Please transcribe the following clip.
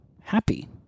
happy